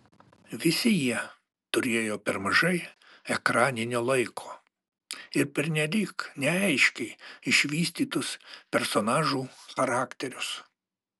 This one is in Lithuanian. visi jie turėjo per mažai ekraninio laiko ir pernelyg neaiškiai išvystytus personažų charakterius